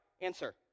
answer